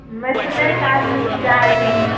मेसनेके आदमीके जायके है